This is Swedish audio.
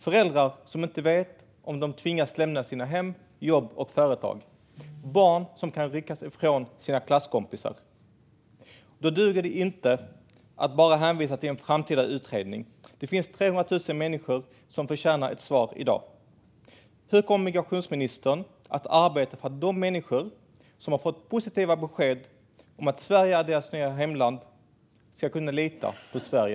Föräldrar vet inte om de kommer att tvingas lämna sina hem, jobb och företag. Barn kan ryckas ifrån sina klasskompisar. Det duger inte att bara hänvisa till en framtida utredning. Det finns 300 000 människor som förtjänar ett svar i dag. Hur kommer migrationsministern att arbeta för att de människor som har fått positiva besked om att Sverige är deras nya hemland ska kunna lita på Sverige?